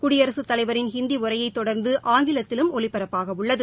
குடியரகத் தலைவரின் ஹிந்தி உரையை தொடர்ந்து ஆங்கிலத்திலும் ஒலிபரப்பாகவுள்ளது